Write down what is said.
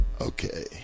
Okay